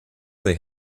they